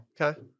Okay